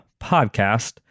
podcast